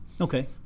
Okay